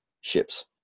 ships